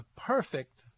perfect